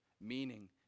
Meaning